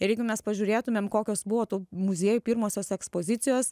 ir jeigu mes pažiūrėtumėm kokios buvo tų muziejų pirmosios ekspozicijos